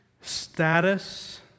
status